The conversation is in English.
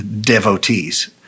devotees